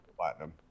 Platinum